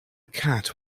cat